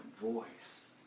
voice